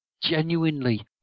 Genuinely